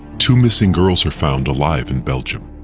two missing girls are found alive in belgium,